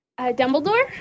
Dumbledore